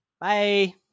Bye